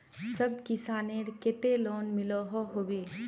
सब किसानेर केते लोन मिलोहो होबे?